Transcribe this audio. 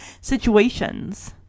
situations